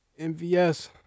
MVS